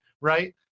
right